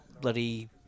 bloody